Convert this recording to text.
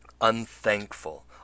Unthankful